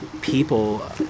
people